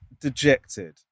dejected